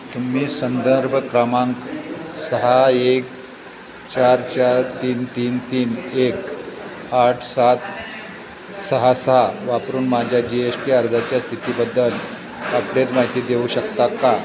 तुम्ही संदर्भ क्रमांक सहा एक चार चार तीन तीन तीन एक आठ सात सहा सहा वापरून माझ्या जी एस टी अर्जाच्या स्थितीबद्दल अपडेट माहिती देऊ शकता का